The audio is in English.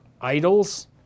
idols